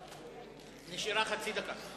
עברה חצי דקה.